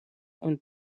und